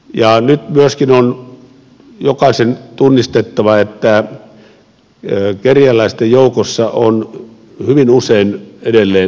ja nyt myöskin on jokaisen tunnistettava että kerjäläisten joukossa on hyvin usein edelleen samoja henkilöitä